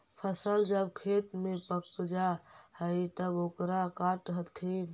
फसल जब खेत में पक जा हइ तब ओकरा काटऽ हथिन